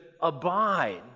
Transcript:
abide